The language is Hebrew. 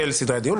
של סדרי הדיון.